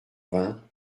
vingts